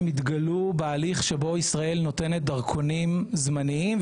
התגלו בהליך שבו ישראל נותנת דרכונים זמניים,